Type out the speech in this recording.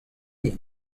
ivez